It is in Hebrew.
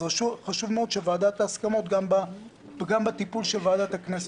אז זה חשוב מאוד שוועדת ההסכמות תוכל לטפל גם בעניין ועדת הכנסת.